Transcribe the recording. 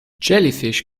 jellyfish